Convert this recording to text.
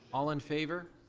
all in favor?